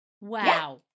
Wow